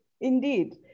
indeed